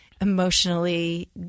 emotionally